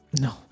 no